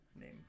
name